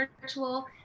virtual